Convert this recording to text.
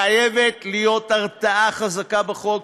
חייבת להיות הרתעה חזקה בחוק,